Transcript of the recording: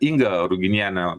inga ruginienė